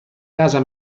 casa